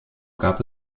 gab